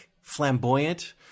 flamboyant